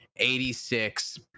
86